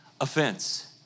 offense